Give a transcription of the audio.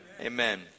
Amen